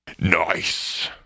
Nice